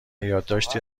یادداشتی